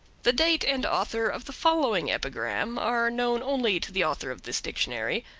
the date and author of the following epigram are known only to the author of this dictionary,